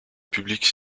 publique